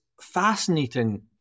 fascinating